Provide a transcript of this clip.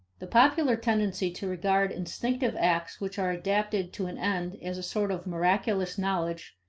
the popular tendency to regard instinctive acts which are adapted to an end as a sort of miraculous knowledge,